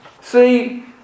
See